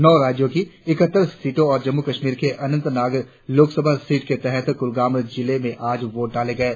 नौ राज्यों की ईकहत्तर सीटों और जम्मू कश्मीर में अनंतनाग लोकसभा सीट के तहत कुलगांव जिले में आज वोट डाले गये